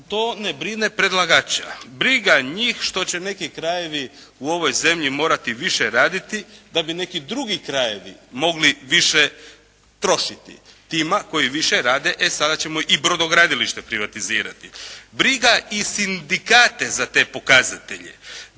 to ne brine predlagača. Briga njih što će neki krajevi u ovoj zemlji morati više raditi da bi neki drugi krajevi mogli više trošiti. Tima koji više rade e sada ćemo i brodogradilište privatizirati. Briga i sindikate za te pokazatelje.